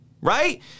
right